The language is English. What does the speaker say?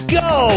go